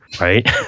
right